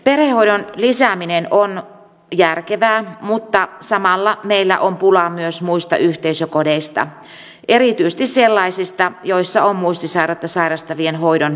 perhehoidon lisääminen on järkevää mutta samalla meillä on pulaa myös muista yhteisökodeista erityisesti sellaisista joissa on muistisairautta sairastavien hoidon erityisosaajia